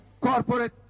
corporate